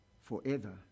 forever